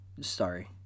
sorry